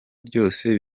byose